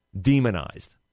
demonized